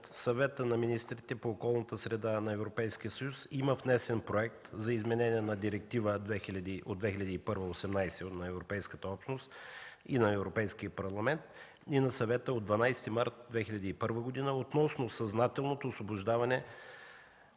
Съвета на министрите по околната среда на Европейския съюз има внесен Проект за изменение на Директива 18/2001 на Европейската общност и на Европейския парламент, и на Съвета от 12 март 2001 г. относно съзнателното освобождаване